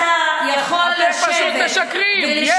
אתם פשוט משקרים.